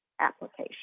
application